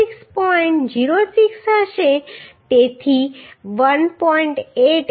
06 હશે તેથી 1